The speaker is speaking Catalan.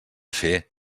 fer